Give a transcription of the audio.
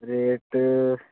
rate